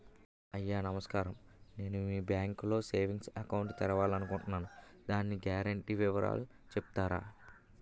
అయ్యా నమస్కారం నేను మీ బ్యాంక్ లో సేవింగ్స్ అకౌంట్ తెరవాలి అనుకుంటున్నాను దాని గ్యారంటీ వివరాలు చెప్తారా?